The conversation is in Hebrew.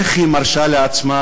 איך היא מרשה לעצמה,